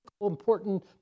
important